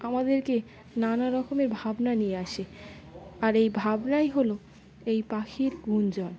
আমাদেরকে নানা রকমের ভাবনা নিয়ে আসে আর এই ভাবনাই হলো এই পাখির গুঞ্জন